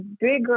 bigger